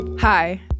Hi